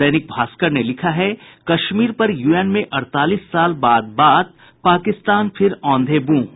दैनिक भास्कर ने लिखा है कश्मीर पर यूएन में अड़तालीस साल बाद बात पाकिस्तान फिर औंधे मुंह